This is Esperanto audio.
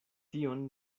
tion